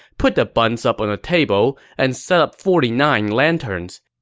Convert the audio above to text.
put the buns up on a table, and set up forty nine lanterns.